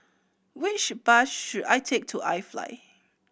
which bus should I take to iFly